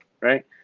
right